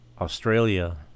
Australia